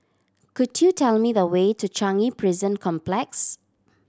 could you tell me the way to Changi Prison Complex